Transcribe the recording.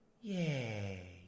Yay